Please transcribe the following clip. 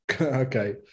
Okay